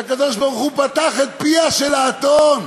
שהקדוש-ברוך-הוא פתח את פיה של האתון,